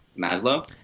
Maslow